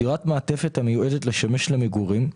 דירת מעטפת המיועדת לשמש למגורים,